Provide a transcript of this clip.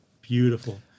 beautiful